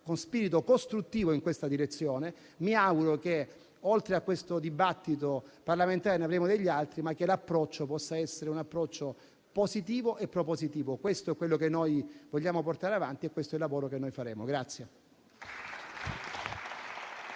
con spirito costruttivo in questa direzione. Mi auguro che, oltre a questo dibattito parlamentare, ne avremo degli altri e che l'approccio possa essere positivo e propositivo. Questo è ciò che noi vogliamo portare avanti e questo è il lavoro che faremo.